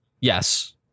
yes